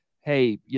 hey